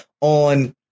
on